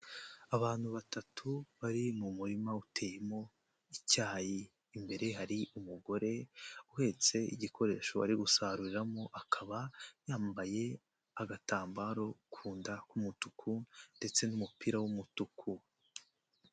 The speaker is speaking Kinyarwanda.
Abantu batatu bari mu murima uteyemo icyayi, imbere hari umugore uhetse igikoresho ari gusaruriramo akaba yambaye agatambaro ku nda k'umutuku ndetse n'umupira w'umutuku.